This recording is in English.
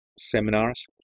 seminars